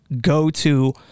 go-to